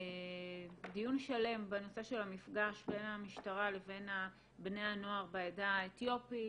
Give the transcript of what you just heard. דיון שלם בנושא של המפגש בין המשטרה לבין בני הנוער בעדה האתיופית.